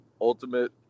ultimate